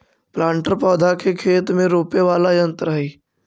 planter पौधा के खेत में रोपे वाला यन्त्र हई